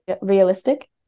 realistic